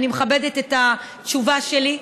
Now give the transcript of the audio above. אני מכבדת את התשובה שלי,